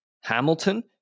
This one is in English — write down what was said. Hamilton